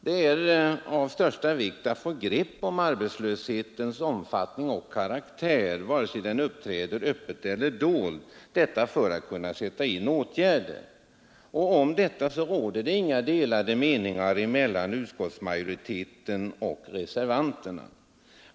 Det är av största vikt att få grepp om arbetslöshetens omfattning och karaktär, vare sig den uppträder öppet eller dolt, för att kunna sätta in åtgärder. Om detta råder det inga delade meningar mellan utskottsmajoriteten och reservanterna.